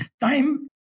time